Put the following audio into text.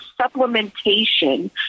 supplementation